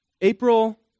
April